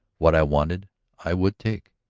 what i wanted i would take.